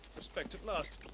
respect at last.